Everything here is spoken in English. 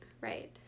right